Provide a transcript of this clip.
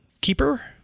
keeper